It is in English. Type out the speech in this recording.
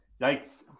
Yikes